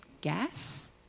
gas